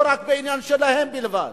לא רק בעניין שלהם בלבד.